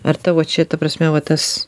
ar tavo čia ta prasme va tas